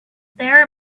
there